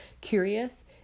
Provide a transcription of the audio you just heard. curious